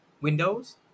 Windows